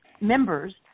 members